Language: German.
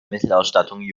mittelausstattung